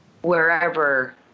wherever